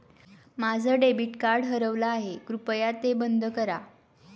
माझं debit card हरवलं आहे, कृपया ते बंद करा